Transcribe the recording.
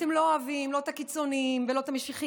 אתם לא אוהבים לא את הקיצונים ולא את המשיחיים